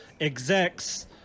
execs